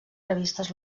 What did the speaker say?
revistes